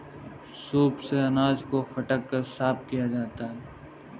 soup से अनाज को फटक कर साफ किया जाता है